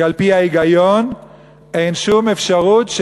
כי על-פי ההיגיון אין שום אפשרות,